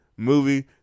Movie